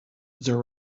there